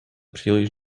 příliš